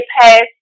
past